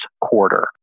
quarter